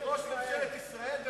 לראש ממשלת ישראל.